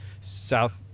south